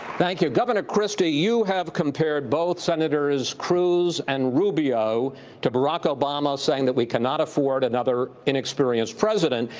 thank you. governor christie, you have compared both senators cruz and rubio to barack obama, saying that we cannot afford another inexperienced president.